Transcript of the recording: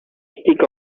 stick